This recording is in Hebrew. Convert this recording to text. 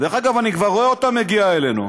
דרך אגב, אני כבר רואה אותה מגיעה אלינו.